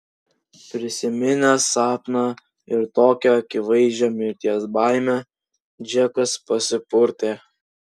prisiminęs sapną ir tokią akivaizdžią mirties baimę džekas pasipurtė